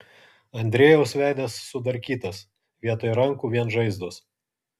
andrejaus veidas sudarkytas vietoj rankų vien žaizdos